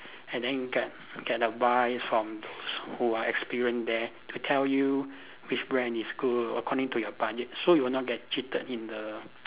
and then get get to buy from who are experienced there to tell you which brand is good according to your budget so you would not get cheated in the